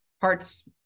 parts